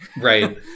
Right